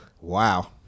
Wow